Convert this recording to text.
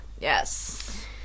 Yes